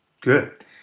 good